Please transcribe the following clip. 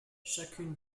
chacune